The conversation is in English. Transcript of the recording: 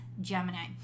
Gemini